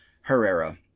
Herrera